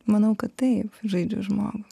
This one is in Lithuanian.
manau kad taip žaidžiu žmogų